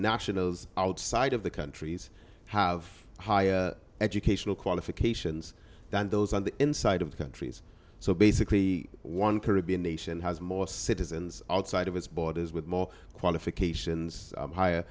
nationals outside of the countries have higher educational qualifications than those on the inside of the countries so basically one caribbean nation has more citizens outside of its borders with more qualifications higher